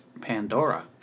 Pandora